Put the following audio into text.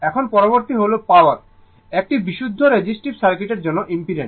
এখন পরবর্তী হল পাওয়ার একটি বিশুদ্ধ রেজিস্টিভ সার্কিটের জন্য ইম্পিডেন্স